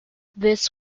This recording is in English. this